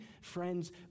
friends